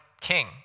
king